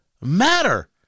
matter